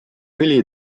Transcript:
õli